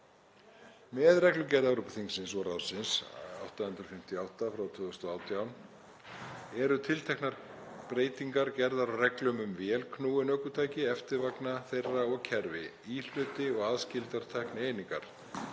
Með reglugerð Evrópuþingsins og ráðsins nr. 2018/858 eru tilteknar breytingar gerðar á reglum um vélknúin ökutæki, eftirvagna þeirra og kerfi, íhluti og aðskildar tæknieiningar.